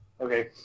okay